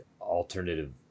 alternative